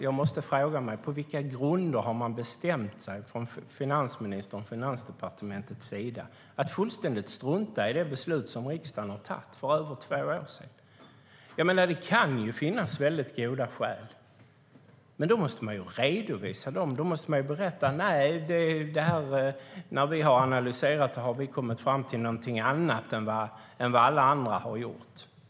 Jag måste fråga mig: På vilka grunder har man bestämt sig från finansministerns och Finansdepartementets sida för att fullständigt strunta i det beslut som riksdagen fattade för över två år sedan? Det kan ju finnas goda skäl, men då måste man redovisa dem. Då måste man berätta att man har kommit fram till någonting annat än vad alla andra har gjort.